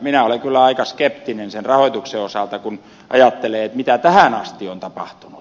minä olen kyllä aika skeptinen sen rahoituksen osalta kun ajattelee mitä tähän asti on tapahtunut